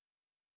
hello